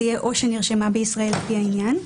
זה יהיה "או שנרשמה בישראל לפי העניין".